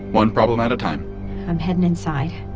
one problem at a time i'm heading inside